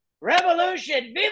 revolution